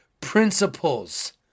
principles